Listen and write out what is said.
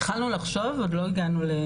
התחלנו לחשוב אבל לא גיבשנו,